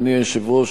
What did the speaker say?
אדוני היושב-ראש,